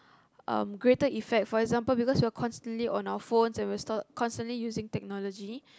um greater effect for example because we're constantly on our phones and we're constantly using technology